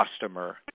customer